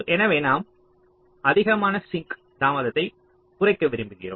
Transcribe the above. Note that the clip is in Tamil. எனவே நாம் அதிகமான சிங்க் தாமதத்தை குறைக்க விரும்புகிறோம்